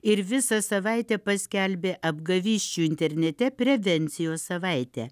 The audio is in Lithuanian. ir visą savaitę paskelbė apgavysčių internete prevencijos savaite